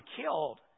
killed